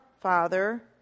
father